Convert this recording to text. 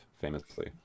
famously